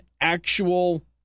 actual